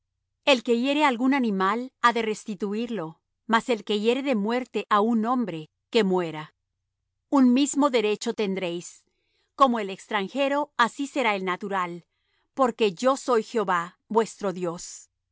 el que hiere algún animal ha de restituirlo mas el que hiere de muerte á un hombre que muera un mismo derecho tendréis como el extranjero así será el natural porque yo soy jehová vuestro dios